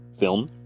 Film